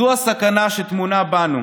זו הסכנה שטמונה בנו,